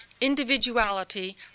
individuality